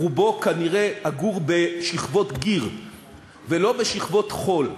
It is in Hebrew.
רובו כנראה אגור בשכבות גיר ולא בשכבות חול.